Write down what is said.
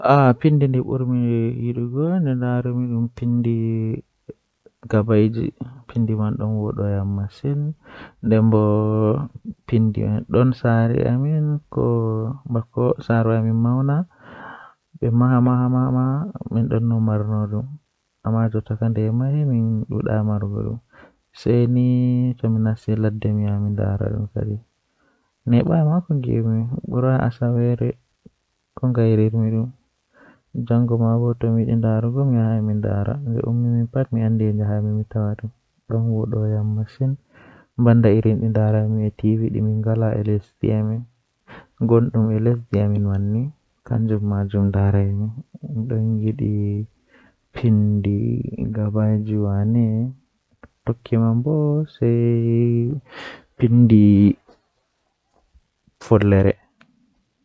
Fajjira tomi fini mi yidi mi nyama bredi be shayi.